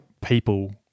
people